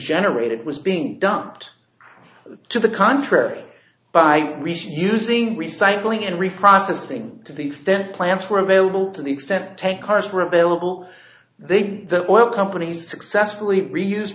generated was being dumped to the contrary by recent using recycling and reprocessing to the extent plants were available to the extent take cars were available they the oil companies successfully reuse